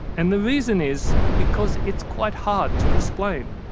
and the reason is because it's quite hard to explain.